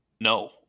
No